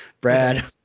Brad